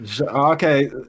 Okay